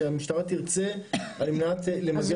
שהמשטרה תרצה על מנת למגר